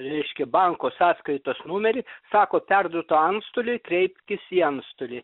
reiškia banko sąskaitos numerį sako perduota antstoliui kreipkis į antstolį